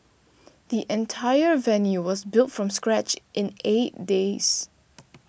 the entire venue was built from scratch in eight days